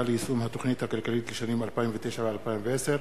ליישום התוכנית הכלכלית לשנים 2009 ו-2010)